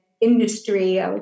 industry